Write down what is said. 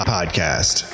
Podcast